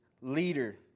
leader